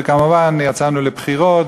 וכמובן יצאנו לבחירות,